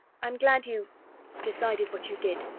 i'm glad you decided what you did,